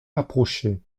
approcher